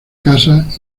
casa